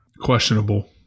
Questionable